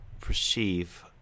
perceive